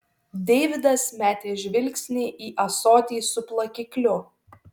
deividas metė žvilgsnį į ąsotį su plakikliu